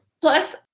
Plus